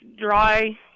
dry